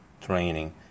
training